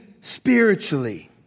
spiritually